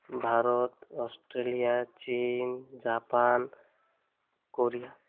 Bharat Australia ଚୀନ୍ Japan Korea